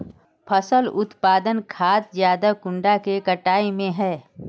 फसल उत्पादन खाद ज्यादा कुंडा के कटाई में है?